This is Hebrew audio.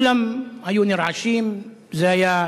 כולם היו נרעשים, זה היה